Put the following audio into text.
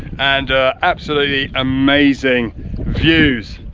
and absolutely amazing views!